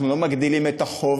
אנחנו לא מגדילים את החוב,